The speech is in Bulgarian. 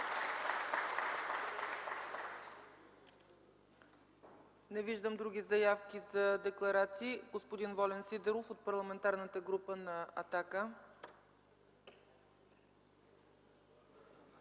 Не виждам други заявки за декларации. Господин Волен Сидеров от Парламентарната група на „Атака”.